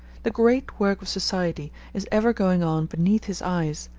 the great work of society is ever going on beneath his eyes,